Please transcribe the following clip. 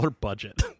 budget